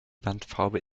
wandfarbe